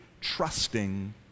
trusting